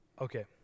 Okay